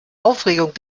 aufregung